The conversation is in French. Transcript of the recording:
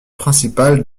principale